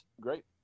great